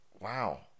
Wow